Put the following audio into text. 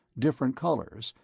different colors,